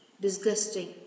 disgusting